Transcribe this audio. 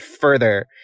further